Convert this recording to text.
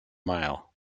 male